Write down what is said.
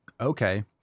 okay